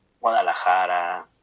Guadalajara